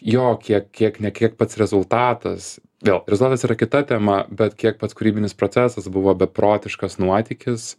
jokie kiek ne kiek pats rezultatas vėl rezultatas yra kita tema bet kiek pats kūrybinis procesas buvo beprotiškas nuotykis